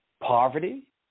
poverty